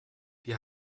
wir